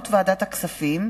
2010,